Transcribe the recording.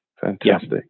Fantastic